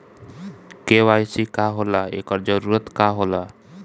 KYC का होला एकर जरूरत का होला?